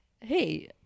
Hey